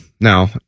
Now